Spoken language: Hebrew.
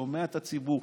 שומע את הציבור,